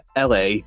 LA